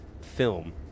Film